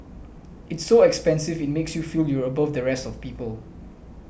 it's so expensive it makes you feel you're above the rest of people